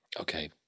Okay